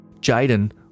Jaden